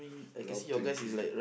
around twenty